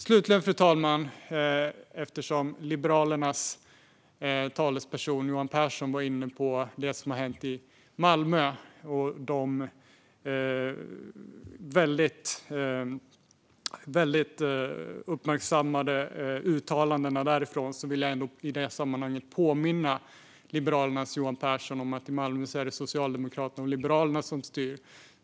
Slutligen, fru talman, eftersom Liberalernas talesperson Johan Pehrson var inne på det som har hänt i Malmö och de väldigt uppmärksammade uttalandena därifrån, vill jag i sammanhanget påminna Liberalernas Johan Pehrson om att det i Malmö är Socialdemokraterna och Liberalerna som styr.